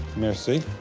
merci.